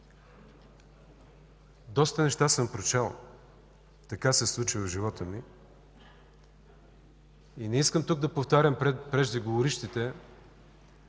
Доста неща съм прочел – така се случи в живота ми, и не искам тук да повтарям пред преждеговорившите,